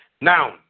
Now